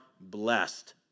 blessed